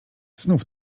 znów